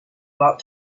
about